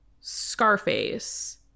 scarface